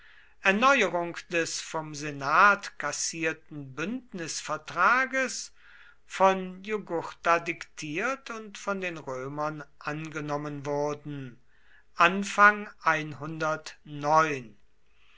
erneuerung des vom senat kassierten bündnisvertrages von jugurtha diktiert und von den römern angenommen wurden